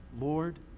Lord